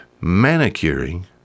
manicuring